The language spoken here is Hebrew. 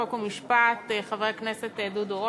חוק ומשפט חבר הכנסת דודו רותם,